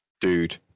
dude